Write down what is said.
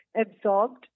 absorbed